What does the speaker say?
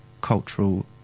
cultural